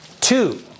two